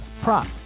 prop